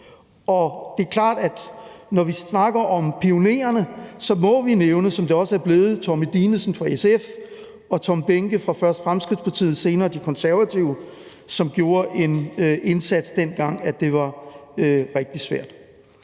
Og det er klart, at når vi snakker om pionererne, så må vi nævne, som det også er blevet, Tommy Dinesen fra SF og Tom Behnke fra først Fremskridtspartiet og senere De Konservative, som gjorde en indsats, dengang det var rigtig svært.